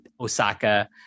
osaka